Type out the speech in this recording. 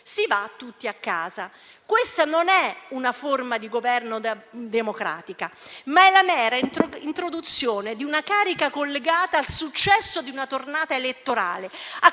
si va tutti a casa. Questa non è una forma di governo democratica, ma è la mera introduzione di una carica collegata al successo di una tornata elettorale.